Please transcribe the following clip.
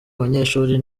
banyeshuri